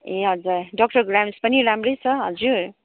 ए हजुर doctor grams पनि राम्रै छ हजुर